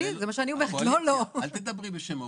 אל תדברי בשם האופוזיציה.